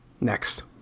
Next